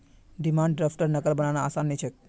demand द्रफ्टर नक़ल बनाना आसान नि छे